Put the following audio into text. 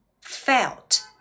felt